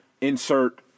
insert